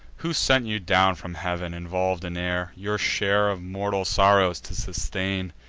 who sent you down from heav'n, involv'd in air, your share of mortal sorrows to sustain,